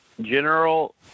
General